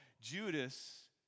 Judas